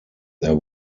there